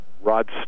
Rod